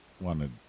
wanted